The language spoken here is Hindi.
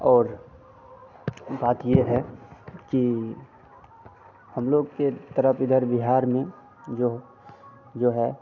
और बात यह है कि हम लोग के तरफ इधर बिहार में जो जो है